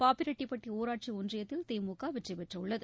பாப்பிரெட்டிப்பட்டி ஊராட்சி ஒன்றியத்தில் திமுக வெற்றி பெற்றுள்ளது